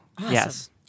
Yes